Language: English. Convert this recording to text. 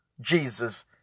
jesus